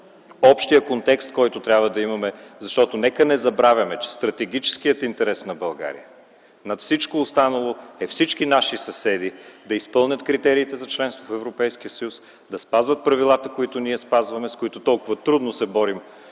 общия контекст, който трябва да имаме. Нека не забравяме, че стратегическият интерес на България над всичко останало е всички наши съседи да изпълнят критериите за членство в Европейския съюз, да спазват правилата, които ние спазваме, с които толкова трудно се борим